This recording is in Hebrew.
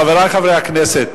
חברי חברי הכנסת,